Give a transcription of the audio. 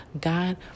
God